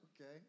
Okay